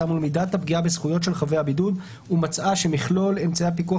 מול מידת הפגיעה בזכויות של חבי הבידוד ומצאה שמכלול אמצעי הפיקוח